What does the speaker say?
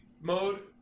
mode